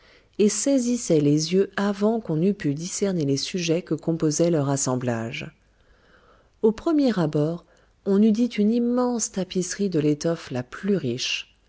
et saisissaient les yeux avant qu'on eût pu discerner les sujets que composait leur assemblage au premier abord on eût dit une immense tapisserie de l'étoffe la plus riche